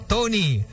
Tony